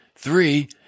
three